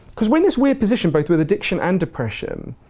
because when this weird position, both with addiction and depression,